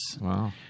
Wow